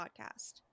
podcast